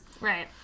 Right